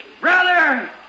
Brother